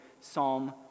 Psalm